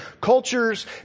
cultures